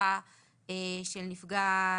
המשפחה של נפגע איבה.